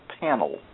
panel